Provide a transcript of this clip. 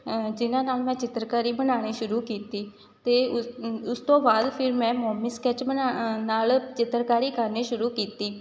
ਜਿਨ੍ਹਾਂ ਨਾਲ਼ ਮੈਂ ਚਿੱਤਰਕਾਰੀ ਬਣਾਉਣੀ ਸ਼ੁਰੂ ਕੀਤੀ ਅਤੇ ਉਸ ਉਸ ਤੋਂ ਬਾਅਦ ਫਿਰ ਮੈਂ ਮੋਮੀ ਸਕੈੱਚ ਬਣਾ ਨਾਲ ਚਿੱਤਰਕਾਰੀ ਕਰਨੀ ਸ਼ੁਰੂ ਕੀਤੀ